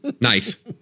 nice